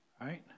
Right